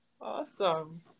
Awesome